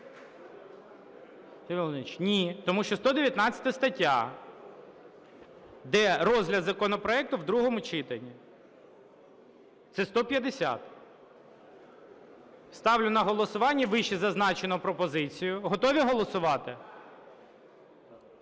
ні, тому що 119 стаття, де розгляд законопроекту в другому читанні, це 150. Ставлю на голосування вищезазначену пропозицію. Готові голосувати?